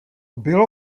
bylo